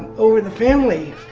over the family.